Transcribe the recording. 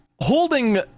holding